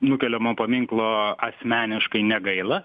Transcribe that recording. nukeliamo paminklo asmeniškai negaila